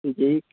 जी